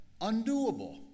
undoable